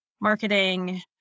marketing